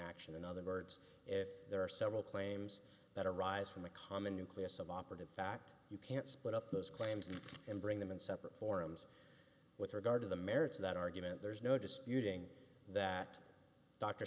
action in other words if there are several claims that arise from a common nucleus of operative fact you can't split up those claims and bring them in separate forums with regard to the merits of that argument there's no disputing that dr